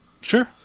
Sure